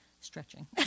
stretching